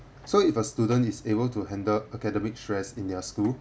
so if a student is able to handle academic stress in their school